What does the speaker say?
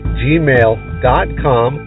gmail.com